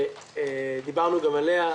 דיברנו גם עליה,